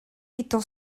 étant